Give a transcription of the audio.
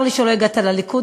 צר לי שלא הגעת לליכוד,